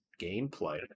gameplay